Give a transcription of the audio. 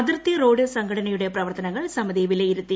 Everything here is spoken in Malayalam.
അതിർത്തി റോഡ് സംഘടനയുടെ പ്രവർത്തനങ്ങൾ സമിതി വിലയിരുത്തി